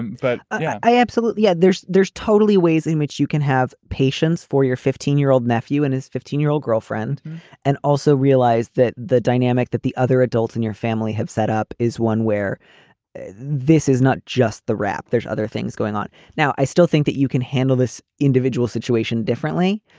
and but i absolutely yeah. there's there's totally ways in which you can have patience for your fifteen year old nephew and his fifteen year old girlfriend and also realize that the dynamic that the other adults in your family have set up is one where this is not just the rap. there's other things going on now. i still think that you can handle this individual situation differently.